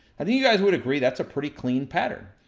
and you guys would agree, that's a pretty clean pattern.